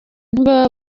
ntibaba